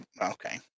Okay